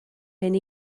mynd